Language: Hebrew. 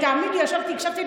הינה, רגע.